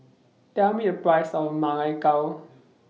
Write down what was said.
Tell Me The Price of Ma Lai Gao